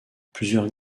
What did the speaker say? plusieurs